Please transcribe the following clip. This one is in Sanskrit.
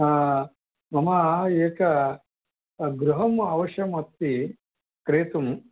मम एकं गृहम् आवश्यकम् अस्ति क्रेतुम्